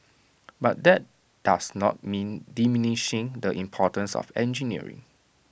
but that does not mean diminishing the importance of engineering